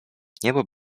niebo